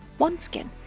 OneSkin